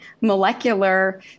molecular